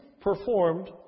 performed